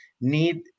need